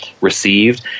received